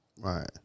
Right